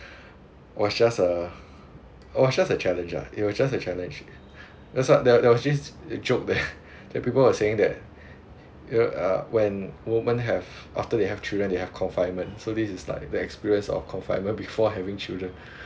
was just a was just a challenge ah it was just a challenge that's what there was this a joke there that people were saying that you know uh when women have after they have children they have confinement so this is like the experience of confinement before having children